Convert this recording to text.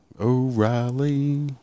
O'Reilly